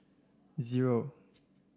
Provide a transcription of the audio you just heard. zero